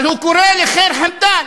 אבל הוא קורא לח'יר חמדאן,